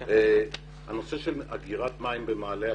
לנושא אגירת המים במעלה הכינרת,